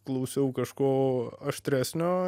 klausiau kažko aštresnio